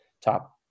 top